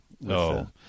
No